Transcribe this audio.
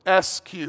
SQ